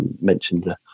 mentioned